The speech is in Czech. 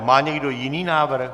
Má někdo jiný návrh?